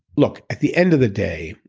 look, at the end of the day,